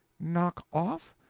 knock off?